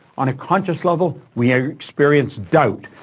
on a conscious level, we experience doubt.